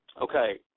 Okay